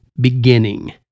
beginning